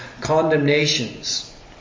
condemnations